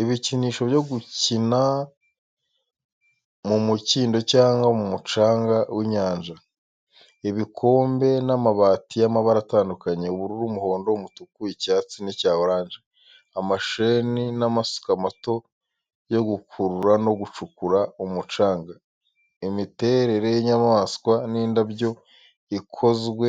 Ibikinisho byo gukina mu mukindo cyangwa ku mucanga w’inyanja. Ibikombe n’amabati y’amabara atandukanye: ubururu, umuhondo, umutuku, icyatsi, n’icya oranje. Amasheni n’amasuka mato yo gukurura no gucukura, umucanga, imiterere y’inyamaswa n’indabyo ikozwe